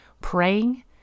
praying